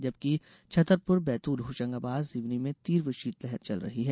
जबकि छतरपुर बैतूल होषंगाबाद सिवनी में तीव्र शीतलहर चल रही है